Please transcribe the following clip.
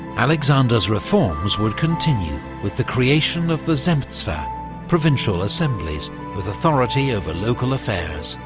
alexander's reforms would continue, with the creation of the zemstva provincial assemblies with authority over local affairs,